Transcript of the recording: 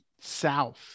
South